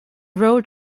road